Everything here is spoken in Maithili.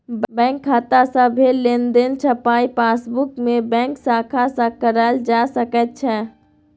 बैंक खाता सँ भेल लेनदेनक छपाई पासबुकमे बैंक शाखा सँ कराएल जा सकैत छै